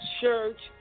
church